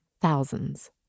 thousands